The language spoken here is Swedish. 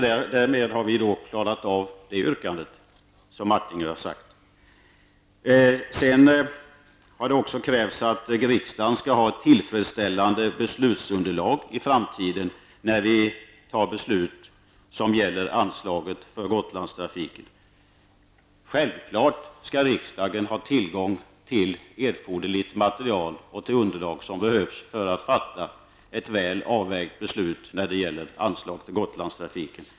Därmed har vi klarat av Jerry Martingers yrkande. Det har även krävts att riksdagen skall ha ett tillfredsställande beslutsunderlag i framtiden när vi fattar beslut som gäller anslaget till Gotlandstrafiken. Riksdagen skall självfallet ha tillgång till erforderligt material och till det underlag som behövs för att fatta ett väl avvägt beslut när det gäller anslag till Gotlandstrafiken.